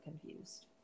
confused